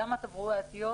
גם התברואתיות,